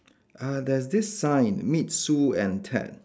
uh there's this sign meet Sue and Ted